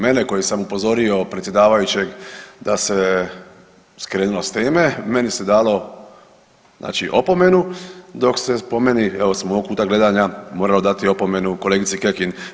Mene koji sam upozorio predsjedavajućeg da se skrenulo s teme meni se dalo znači opomenu dok se po meni evo s mog kuta gledanja moralo dati opomenu kolegici Kekin.